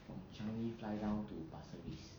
from changi fly down to pasir ris